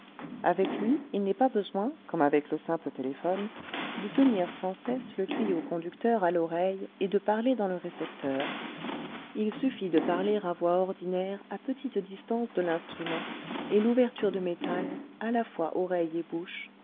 avec lui il n'est pas besoin comme hélène avec le simple téléphone de tenir sans cesse le tuyau conducteur à l'oreille et de parler dans le récepteur il suffit de parler à voix ordinaire à petite distance de l'instrument et l'ouverture de métal à la fois oreille et bouche